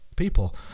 people